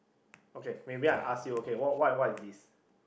okay maybe I ask you okay what what what is this